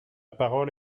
parole